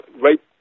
right